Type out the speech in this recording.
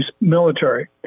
military